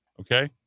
okay